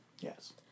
Yes